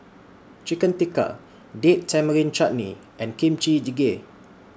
Chicken Tikka Date Tamarind Chutney and Kimchi Jjigae